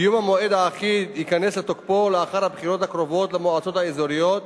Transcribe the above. קיום המועד האחיד ייכנס לתוקפו לאחר הבחירות הקרובות למועצות האזוריות,